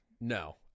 No